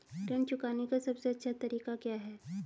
ऋण चुकाने का सबसे अच्छा तरीका क्या है?